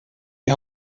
die